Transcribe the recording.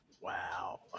wow